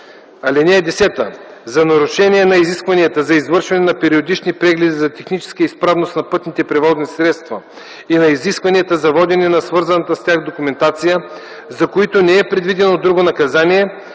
лв. (10) За нарушения на изискванията за извършване на периодични прегледи за техническата изправност на пътните превозни средства и на изискванията за водене на свързаната с тях документация, за които не е предвидено друго наказание,